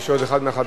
יש עוד אחד מהחברים,